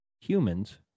humans